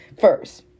first